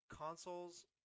consoles